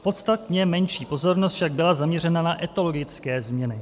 Podstatně menší pozornost však byla zaměřena na etologické změny.